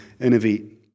innovate